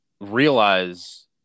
realize